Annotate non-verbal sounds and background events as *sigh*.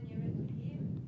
*breath*